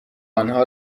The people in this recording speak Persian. آنها